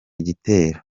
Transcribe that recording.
gitero